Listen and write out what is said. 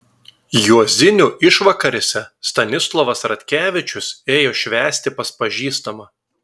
juozinių išvakarėse stanislovas ratkevičius ėjo švęsti pas pažįstamą